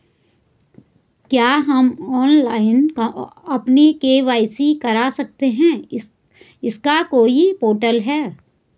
क्या हम ऑनलाइन अपनी के.वाई.सी करा सकते हैं इसका कोई पोर्टल है?